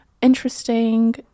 interesting